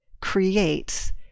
creates